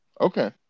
Okay